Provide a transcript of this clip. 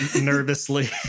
nervously